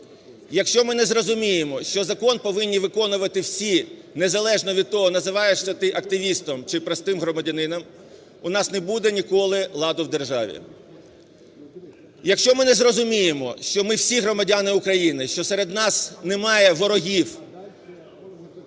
якщо ми не зрозуміємо, що закон повинні виконувати всі незалежно від того називаєшся ти активістом чи простим громадянином, у нас не буде ніколи ладу в державі. Якщо ми не зрозуміємо, що ми всі громадяни України, що серед нас немає ворогів